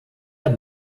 der